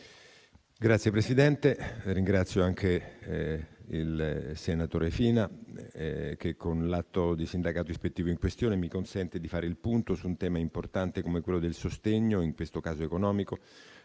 Signora Presidente, ringrazio anche il senatore Fina che con l'atto di sindacato ispettivo in questione mi consente di fare il punto su un tema importante come quello del sostegno, in questo caso economico,